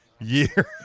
year